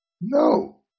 No